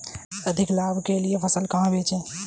अधिक लाभ के लिए फसल कहाँ बेचें?